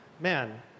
man